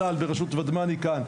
צה"ל בראשות ודמני כאן,